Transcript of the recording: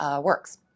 works